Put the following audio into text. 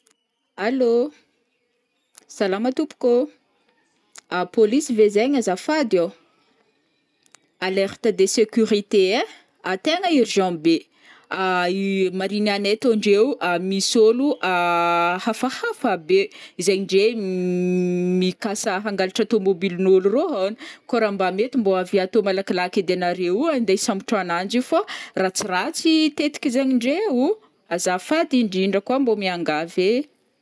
Allô, Salama tompoko ô, polisy ve zaign azafady ô, alerte de sécurité ai, tegna urgent be, ah io mariny anay atô indreo misy ôlo ah hafahafa be, izaign ndré mikasa hangalatra tomobilin'ôlo arô haony, kô raha mba mety mbô avia atô malakilaky ed anareo andeha hisambotr'ananjy io fao ratsiratsy tetik'izaigny ndréo, azafady indrindra koa mbô miangavy ee.